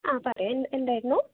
ആ പറയൂ എന്താണ് എന്തായിരുന്നു